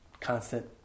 constant